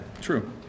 true